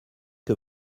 que